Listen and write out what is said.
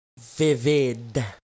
vivid